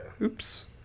Oops